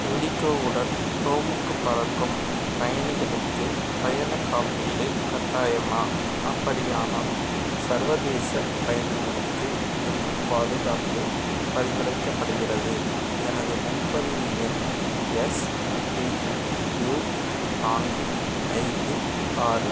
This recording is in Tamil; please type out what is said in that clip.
இண்டிகோ உடன் ரோமுக்கு பறக்கும் பயணிகளுக்கு பயணக்காப்பீடு கட்டாயமா அப்படியானால் சர்வதேச பயணங்களுக்கு என்ன பாதுகாப்பு பரிந்துரைக்கப்படுகிறது எனது முன்பதிவு எண் எஸ்டியு நான்கு ஐந்து ஆறு